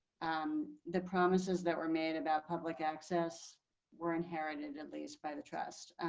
um the promises that were made about public access were inherited, at least by the trust.